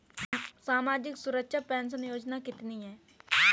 सामाजिक सुरक्षा पेंशन योजना कितनी हैं?